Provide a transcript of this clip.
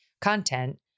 content